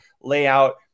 layout